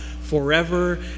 forever